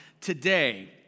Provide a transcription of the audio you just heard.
today